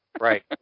Right